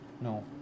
No